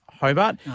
Hobart